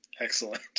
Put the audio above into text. Excellent